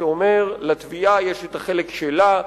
שאומר: לתביעה יש החלק שלה,